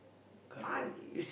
correct